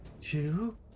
two